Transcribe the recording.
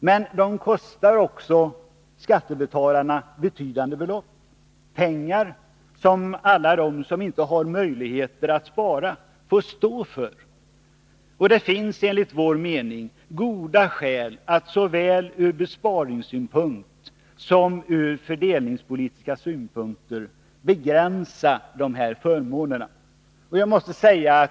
Men de kostar också skattebetalarna betydande belopp, pengar som alla de som inte har möjligheter att spara får stå för. Det finns enligt vår mening såväl från besparingssynpunkt som från fördelningspolitiska synpunkter goda skäl att begränsa dessa förmåner.